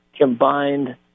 combined